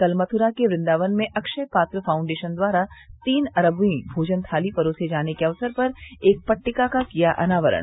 कल मथुरा के वृन्दावन में अक्षय पात्र फाउन्डेशन द्वारा तीन अरबवीं भोजन थाली परोसे जाने के अवसर पर एक पट्टिका का किया अनावरण